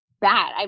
bad